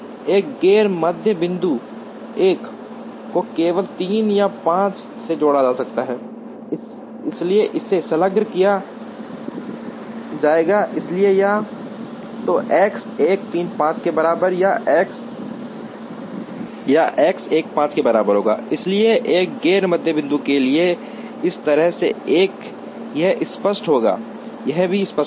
इसलिए एक गैर मध्य बिंदु 1 को केवल 3 या 5 से जोड़ा जा सकता है इसलिए इसे संलग्न किया जाएगा इसलिए या तो X 1 3 1 के बराबर या X 1 5 के बराबर होगा इसलिए एक गैर मध्य बिंदु के लिए इस तरह से 1 यह संतुष्ट होगा यह भी संतुष्ट होगा